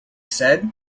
said